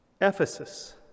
Ephesus